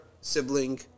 sibling